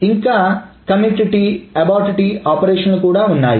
ఇంకా commitTabortT ఆపరేషన్లు కూడా ఉన్నాయి